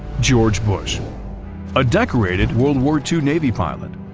george bush a decorated world war two navy pilot,